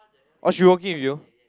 oh she working with you